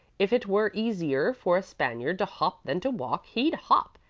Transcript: if it were easier for a spaniard to hop than to walk, he'd hop,